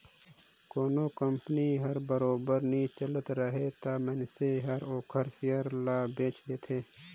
कोनो कंपनी हर बरोबर नी चलत राहय तब मइनसे हर ओखर सेयर ल बेंच देथे